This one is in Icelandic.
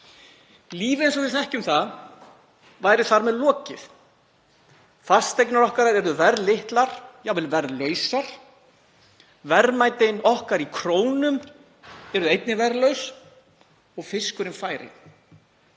Lífinu eins og við þekkjum það væri þar með lokið. Fasteignar okkar yrðu verðlitlar, jafnvel verðlausar. Verðmæti okkar í krónum yrðu einnig verðlaus og fiskurinn færi.